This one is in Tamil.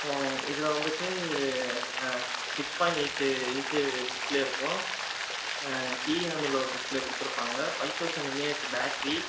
இதில் வந்துட்டு six point eight inch display இருக்கும் இஎம்எல் ஒரு டிஸ்பிளே கொடுத்துருப்பாங்க ஃபைவ் தௌசண்ட் எம்ஏஹெச் பேட்ரி